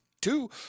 two